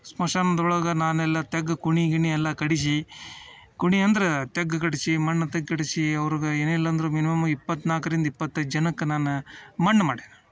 ಸ್ಮಶಾನದೊಳಗ ನಾನೆಲ್ಲ ತೆಗೆ ಕುಣಿ ಗಿಣಿ ಎಲ್ಲ ಕಡಿಸಿ ಕುಣಿ ಅಂದ್ರೆ ತೆಗೆ ಕಡಿಸಿ ಮಣ್ಣು ತೆಗೆ ಕಡಿಸಿ ಅವ್ರಿಗೆ ಏನಿಲ್ಲಂದ್ರೂ ಮಿನಿಮಮ್ ಇಪ್ಪತ್ತು ನಾಲ್ಕರಿಂದ ಇಪ್ಪತ್ತೈದು ಜನಕ್ಕೆ ನಾನು ಮಣ್ಣು ಮಾಡಿಯೇ